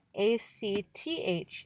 ACTH